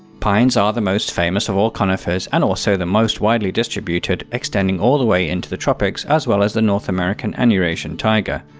pines are the most famous of all conifers and also the most widely distributed, extending all the way into the tropics as well as the north american and eurasian taiga.